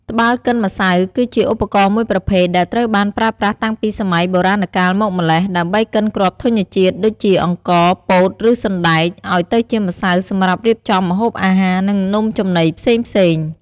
ត្បាល់កិនម្សៅ គឺជាឧបករណ៍មួយប្រភេទដែលត្រូវបានប្រើប្រាស់តាំងពីសម័យបុរាណកាលមកម្ល៉េះ ដើម្បីកិនគ្រាប់ធញ្ញជាតិ ដូចជាអង្ករ ពោត ឬសណ្ដែក ឲ្យទៅជាម្សៅសម្រាប់រៀបចំម្ហូបអាហារ និងនំចំណីផ្សេងៗ។